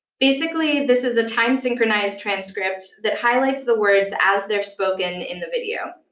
basically, this is a time-synchronized transcript that highlights the words as they're spoken in the video.